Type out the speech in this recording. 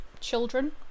children